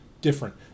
different